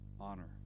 honor